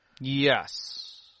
Yes